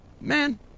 man